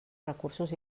recursos